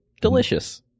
delicious